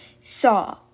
saw